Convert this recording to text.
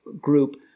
group